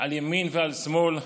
על ימין ועל שמאל,